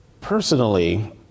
Personally